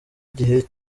igihe